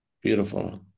Beautiful